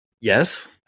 Yes